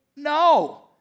No